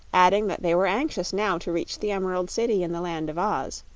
adding that they were anxious now to reach the emerald city in the land of oz,